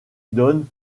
donne